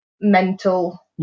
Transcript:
mental